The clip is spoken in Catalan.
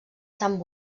sant